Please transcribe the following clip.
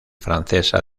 francesa